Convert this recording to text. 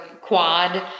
quad